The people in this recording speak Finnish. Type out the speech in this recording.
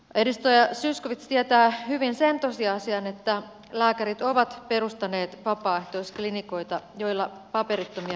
edustaja zyskowicz tietää hyvin sen tosiasian että lääkärit ovat perustaneet vapaaehtoisklinikoita joilla paperittomia hoidetaan